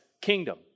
kingdom